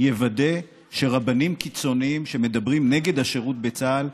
יוודא שרבנים קיצוניים שמדברים נגד השירות בצה"ל,